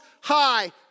high